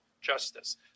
justice